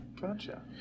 Gotcha